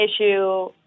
issue